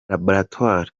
laboratwari